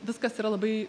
viskas yra labai